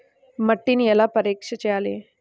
మట్టిని ఎలా పరీక్ష చేయాలి?